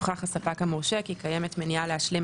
נוכח הספק המורשה כי קיימת מניעה להשלים